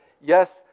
Yes